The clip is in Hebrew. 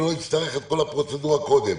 ולא נצטרך את כל הפרוצדורה קודם.